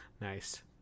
Nice